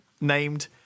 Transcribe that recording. named